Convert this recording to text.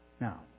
Now